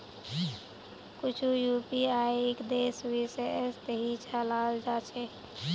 कुछु यूपीआईक देश विशेषत ही चलाल जा छे